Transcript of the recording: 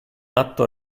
atto